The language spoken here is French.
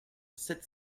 sept